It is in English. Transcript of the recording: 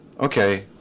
okay